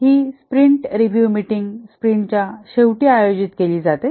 ही sprint review meeting स्प्रिंटच्या शेवटी आयोजित केली जाते